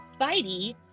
Spidey